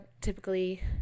typically